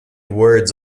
words